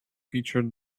featured